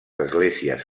esglésies